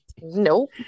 Nope